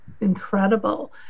incredible